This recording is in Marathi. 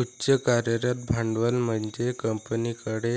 उच्च कार्यरत भांडवल म्हणजे कंपनीकडे